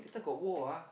later got war ah